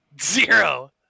Zero